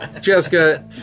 Jessica